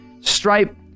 stripe